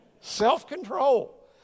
Self-control